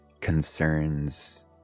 concerns